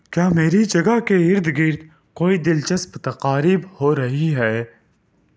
کیا میری جگہ کے اردگرد کوئی دلچسپ تقاریب ہو رہی ہے